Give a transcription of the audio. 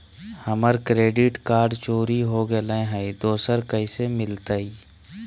हमर credit card चोरी हो गेलय हई, दुसर कैसे मिलतई?